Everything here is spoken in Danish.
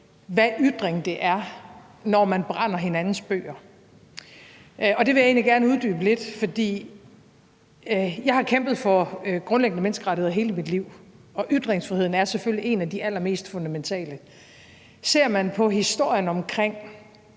en ytring, når man brænder andres bøger. Det vil jeg egentlig gerne uddybe lidt. Jeg har kæmpet for grundlæggende menneskerettigheder hele mit liv, og ytringsfriheden er selvfølgelig en af de allermest fundamentale rettigheder. Ser man på historien omkring